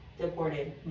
deported